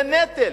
זה נטל,